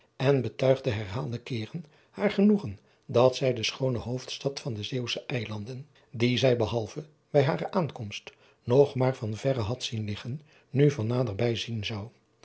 en betuigde herhaalde keeren haar genoegen dat zij de schoone oofdstad van de eeuwsche ilanden die zij behalve bij hare aankomst nog maar van verre had zien liggen nu van naderbij zien zou